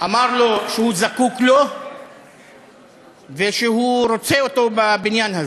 אמר לו שהוא זקוק לו ושהוא רוצה אותו בבניין הזה,